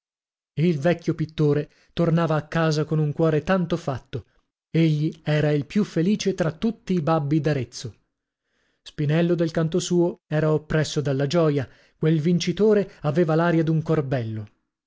il vecchio pittore tornava a casa con un cuore tanto fatto egli era il più felice tra tutti i babbi d'arezzo spinello dal canto suo era oppresso dalla gioia quel vincitore aveva l'aria d'un corbello